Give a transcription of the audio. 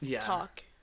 talk